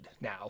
now